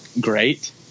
great